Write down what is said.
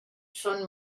són